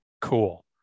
cool